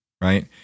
right